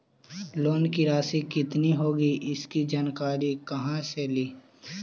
Loan की रासि कितनी होगी इसकी जानकारी कहा से ली?